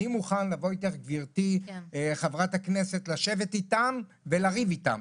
אני מוכן לבוא איתך גברתי חבר הכנסת לשבת איתם ולריב איתם.